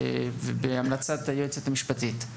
בהמלצת היועצת המשפטית,